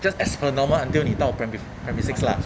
just as per normal until 你到 primary f~ primary six lah